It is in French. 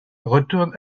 retourne